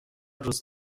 روز